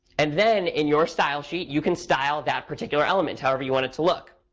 and then, in your style sheet, you can style that particular element, however you want it to look.